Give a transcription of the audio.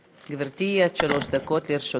גברתי, עד שלוש דקות לרשותך.